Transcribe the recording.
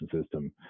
system